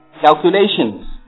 calculations